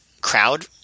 crowd